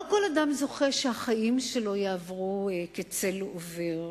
לא כל אדם זוכה שהחיים שלו יעברו כצל עובר,